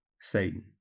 Satan